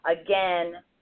again